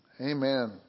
Amen